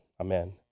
Amen